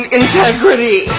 integrity